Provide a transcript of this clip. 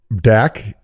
Dak